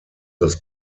das